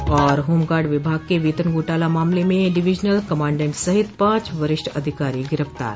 और होमगार्ड विभाग के वेतन घोटाला मामले में डिवीजनल कमांडेंट सहित पांच वरिष्ठ अधिकारी गिरफ्तार